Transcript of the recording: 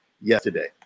yesterday